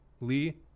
Lee